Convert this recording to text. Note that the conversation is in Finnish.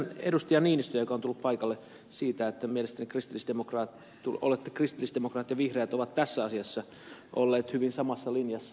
ville niinistöä joka on tullut paikalle siitä että mielestäni kristillisdemokraatit ja vihreät ovat tässä asiassa olleet hyvin samalla linjalla